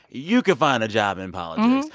you could find a job in politics.